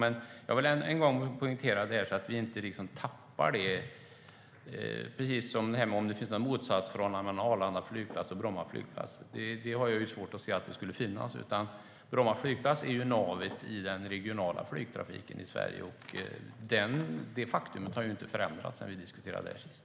Men jag vill än en gång poängtera, så att vi inte tappar det, att det inte finns något motsatsförhållande mellan Arlanda flygplats och Bromma flygplats. Jag har svårt att se att det skulle finnas. Bromma flygplats är ju navet i den regionala flygtrafiken i Sverige, och detta faktum har inte förändrats sedan vi diskuterade frågan senast.